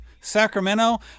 Sacramento